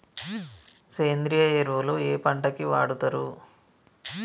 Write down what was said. సేంద్రీయ ఎరువులు ఏ పంట కి వాడుతరు?